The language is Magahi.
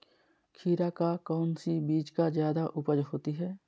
खीरा का कौन सी बीज का जयादा उपज होती है?